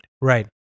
Right